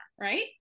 right